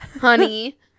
Honey